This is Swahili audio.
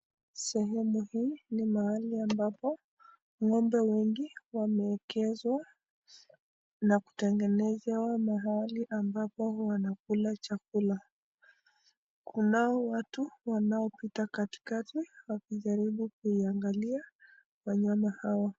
Sehemu hii ni mahali ambapo, ng'ombe wengine wameegezwa na kutengenezewa mahali ambapo Wana kula chakula. Kunao watu wanoapita katikati wakijaribu kuiangalia wanyama hawa.